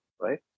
right